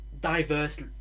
diverse